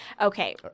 Okay